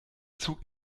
zug